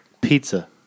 pizza